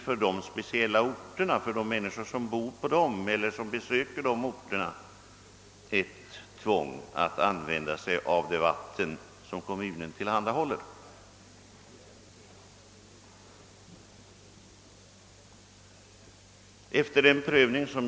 För de människor som bor på dessa orter eller besöker dem blir det ett tvång att använda det fluorhaltiga vatten som kommunen tillhandahåller.